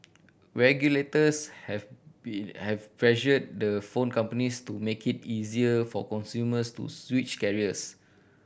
regulators have be have pressured the phone companies to make it easier for consumers to switch carriers